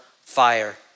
fire